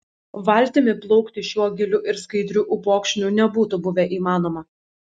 valtimi plaukti šiuo giliu ir skaidriu upokšniu nebūtų buvę įmanoma